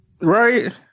right